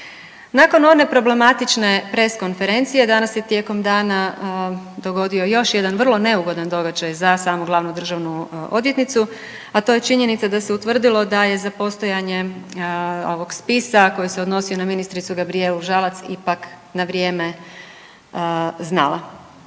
Nakon one problematične press konferencije danas se tijekom dana dogodio još jedan vrlo neugodan događaj za samu glavnu državnu odvjetnicu. A to je činjenica da se utvrdilo da je za postojanje ovog spisa koji se odnosio na ministricu Gabrijelu Žalac ipak na vrijeme znala.